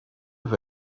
have